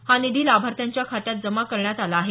हा निधी लाभार्थ्यांच्या खात्यात जमा कण्यात आला आहे